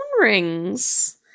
rings